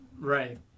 Right